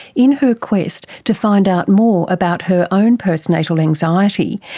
in her quest to find out more about her own post-natal anxiety,